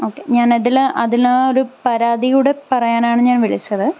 okay ഞാൻ അതില് അതിലോര് പരാതികൂടെ പറയാനാണ് വിളിച്ചത്